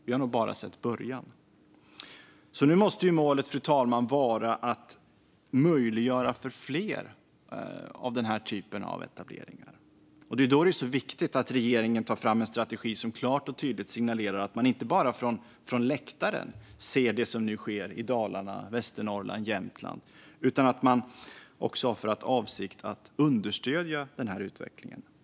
Vi har nog bara sett början. Fru talman! Nu måste målet vara att möjliggöra för fler sådana här etableringar. Därför är det viktigt att regeringen tar fram en strategi som klart och tydligt signalerar att man inte bara från läktaren ser det som nu sker i Dalarna, Västernorrland och Jämtland utan att man också har för avsikt att understödja denna utveckling.